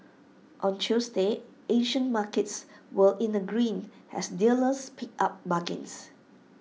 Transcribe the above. on Tuesday Asian markets were in the green as dealers picked up bargains